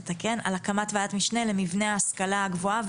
הקמת ועדת משנה למבנה ההשכלה הגבוהה,